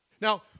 Now